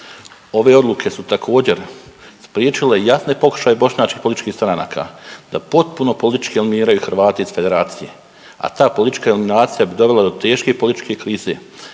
Ove odluke su također spriječile jasne pokušaje bošnjačkih političkih stranaka da potpuno politički eliminiraju Hrvate iz Federacije, a ta politička eliminacija bi dovela do teške političke krize